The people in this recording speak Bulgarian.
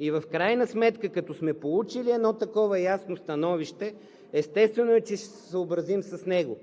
В крайна сметка, като сме получили едно такова ясно становище, естествено е, че ще се съобразим с него.